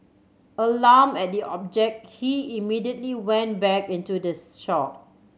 alarmed at the object he immediately went back into the shop